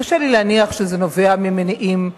קשה לי להניח שזה נובע ממניעים ענייניים.